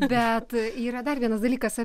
bet yra dar vienas dalykas